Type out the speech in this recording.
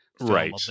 right